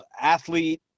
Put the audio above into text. athlete